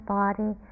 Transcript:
body